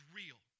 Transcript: real